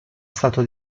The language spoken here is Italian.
stato